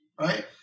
right